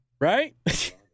right